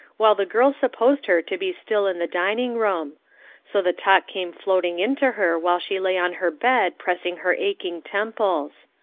while the girls supposed her to be still in the dining-room so the talk came floating in to her while she lay on her bed pressing her aching temples.